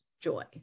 joy